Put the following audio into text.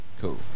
cool